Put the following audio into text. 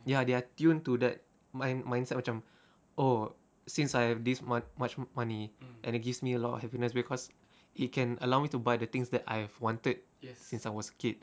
ya they are tuned to that mind mindset macam oh since I have this mu~ much money and it gives me a lot of happiness because it can allow me to buy the things that I have wanted since I was a kid